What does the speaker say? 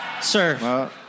Sir